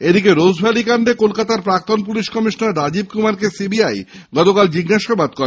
এদিকে রোজভ্যালি কাণ্ডে কলকাতার প্রাক্তন পুলিশ কমিশনার রাজীব কুমারকে সিবিআই গতকাল জিজ্ঞাসাবাদ করে